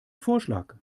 vorschlag